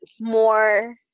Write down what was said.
more